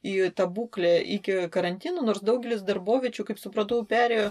į tą būklę iki karantino nors daugelis darboviečių kaip supratau perėjo